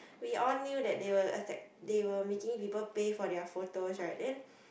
we all knew that they were they were making people pay for their photos right then